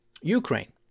Ukraine